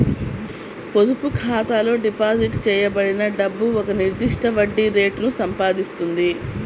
పొదుపు ఖాతాలో డిపాజిట్ చేయబడిన డబ్బు ఒక నిర్దిష్ట వడ్డీ రేటును సంపాదిస్తుంది